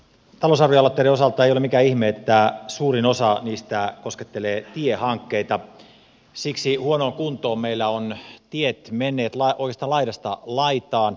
talousarvioaloitteiden osalta ei ole mikään ihme että suurin osa niistä koskettelee tiehankkeita siksi huonoon kuntoon meillä ovat tiet menneet oikeastaan laidasta laitaan